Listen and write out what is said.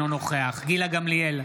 אינו נוכח גילה גמליאל,